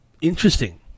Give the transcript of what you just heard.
Interesting